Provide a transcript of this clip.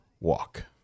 walk